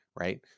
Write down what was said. Right